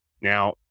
Now